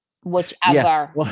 Whichever